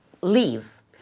leave